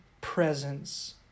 presence